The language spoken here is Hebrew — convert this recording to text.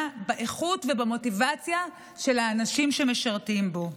באיכות ובמוטיבציה של האנשים שמשרתים בו.